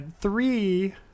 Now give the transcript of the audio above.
three